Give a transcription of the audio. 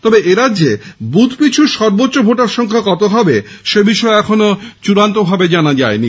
তবে এরাজ্যে বুথ পিছু সর্বোচ্চ ভোটার সংখ্যা কত হবে সেব্যাপারে এখনও চূড়ান্তভাবে জানা যায়নি